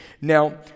Now